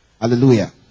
hallelujah